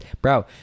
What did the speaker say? Bro